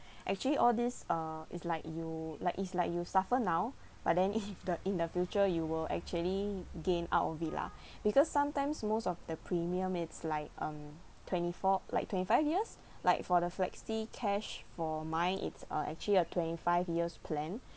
actually all this uh is like you like it's like you suffer now but then if the in the future you will actually gain out of it lah because sometimes most of the premium is like um twenty four like twenty five years like for the flexi cash for mine it's a actually a twenty five years plan